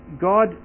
God